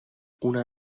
una